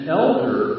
elder